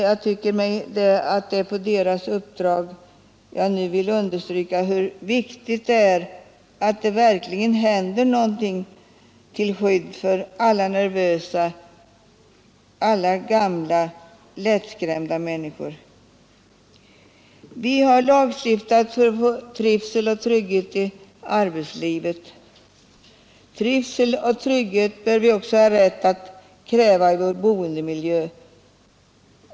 Jag tycker mig därför tala på dessa människors uppdrag, när jag nu understryker hur viktigt det är att det verkligen görs någonting till skydd för alla nervösa, gamla och lättskrämda människor. Vi har lagstiftat för trivsel och trygghet i arbetslivet. Trivsel och trygghet bör vi också ha rätt att kräva i vår boendemiljö.